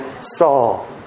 Saul